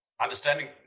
understanding